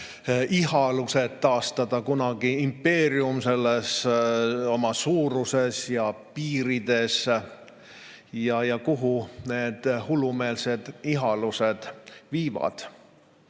ihalused taastada kunagine impeerium oma suuruses ja piirides – ning kuhu need hullumeelsed ihalused välja